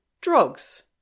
Drugs